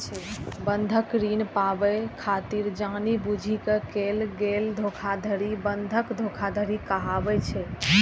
बंधक ऋण पाबै खातिर जानि बूझि कें कैल गेल धोखाधड़ी बंधक धोखाधड़ी कहाबै छै